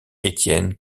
étienne